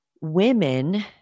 Women